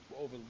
over